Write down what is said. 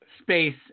space